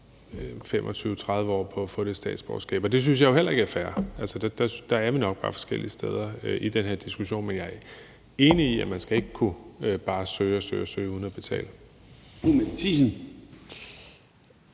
25-30 år på at få det statsborgerskab, og det synes jeg jo heller ikke er fair. Der er vi nok bare forskellige steder i den her diskussion, men jeg er enig i, at man ikke bare skal kunne søge og søge uden at betale.